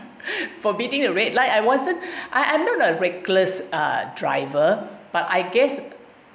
for beating a red light I wasn't I I am not a reckless driver but I guess